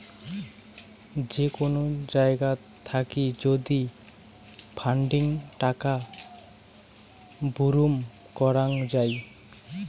যে কোন জায়গাত থাকি যদি ফান্ডিং টাকা বুরুম করং যাই